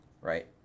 Right